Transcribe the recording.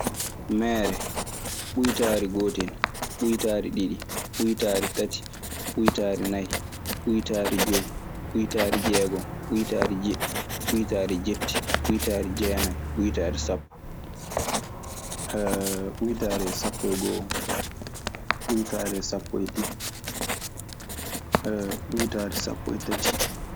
Meere, buytari go'o, buytari diɗɗi, buytari tati, buytari naye, buytari joyi, buytari diegon, buytari jeɗɗi, buytari jetti, buytari dienaye, buytari sapo, uytaare sappo e go'o, uytaare sappo e ɗiɗi, uytaare sappo e tati.